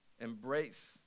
Embrace